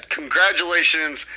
congratulations